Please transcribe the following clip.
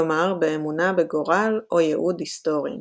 כלומר, באמונה בגורל או ייעוד היסטוריים.